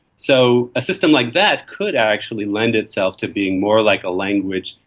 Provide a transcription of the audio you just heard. so a system like that could actually lend itself to being more like a language,